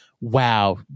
wow